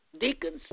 deacons